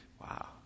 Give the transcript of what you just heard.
Wow